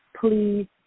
please